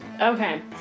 Okay